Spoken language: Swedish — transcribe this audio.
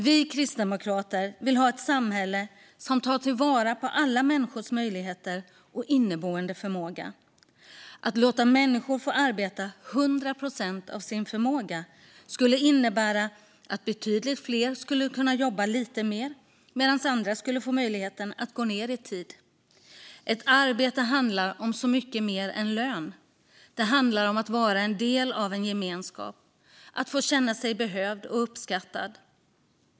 Vi kristdemokrater vill ha ett samhälle som tar vara på alla människors möjligheter och inneboende förmåga. Att låta människor få arbeta 100 procent av sin förmåga skulle innebära att betydligt fler skulle kunna jobba lite mer, medan andra skulle få möjlighet att gå ned i tid. Ett arbete handlar om så mycket mer än lön. Det handlar om att vara en del av en gemenskap och om att få känna sig behövd och uppskattad.